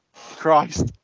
Christ